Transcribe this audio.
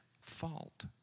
fault